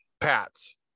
Pats